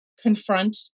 confront